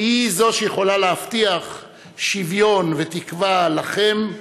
והיא שיכולה להבטיח שוויון ותקווה לכם,